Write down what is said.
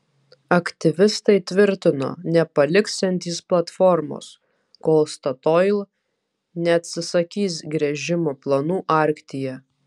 aktyvistai tvirtino nepaliksiantys platformos kol statoil neatsisakys gręžimo planų arktyje